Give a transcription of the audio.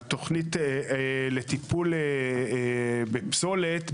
התוכנית לטיפול בפסולת,